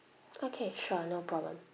okay sure no problem